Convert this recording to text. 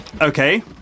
okay